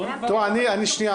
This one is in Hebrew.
בגלל הקורונה.